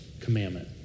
commandment